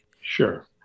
Sure